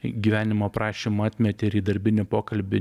gyvenimo aprašymą atmetė ir į darbinį pokalbį